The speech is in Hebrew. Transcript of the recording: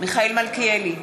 מיכאל מלכיאלי,